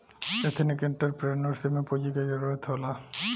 ethnic entrepreneurship में पूंजी के जरूरत होला